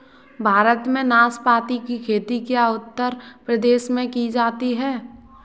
भारत में नाशपाती की खेती क्या उत्तर प्रदेश में की जा सकती है?